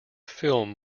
film